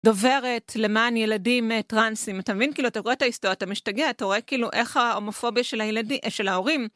דוברת למען ילדים טראנסים, אתה מבין, כאילו, אתה רואה את ההיסטוריה, אתה משתגע, אתה רואה כאילו איך ההומופוביה של ההורים.